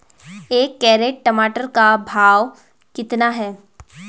एक कैरेट टमाटर का भाव कितना है?